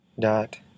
dot